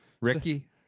Ricky